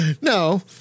no